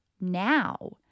now